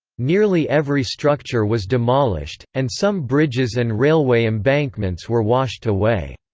nearly every structure was demolished, and some bridges and railway embankments were washed away.